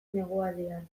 negualdian